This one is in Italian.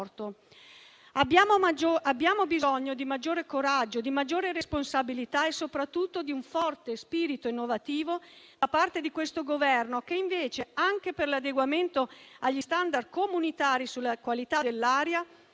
Abbiamo bisogno di maggior coraggio, di maggiore responsabilità e soprattutto di un forte spirito innovativo da parte di questo Governo, che invece, anche per l'adeguamento agli *standard* comunitari sulla qualità dell'aria,